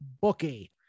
bookie